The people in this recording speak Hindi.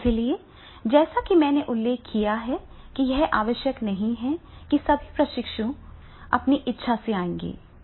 इसलिए जैसा कि मैंने उल्लेख किया है कि यह आवश्यक नहीं है कि सभी प्रशिक्षु स्वेच्छा से आएंगे